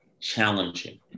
challenging